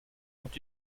sont